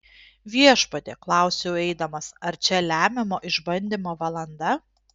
viešpatie klausiau eidamas ar čia lemiamo išbandymo valanda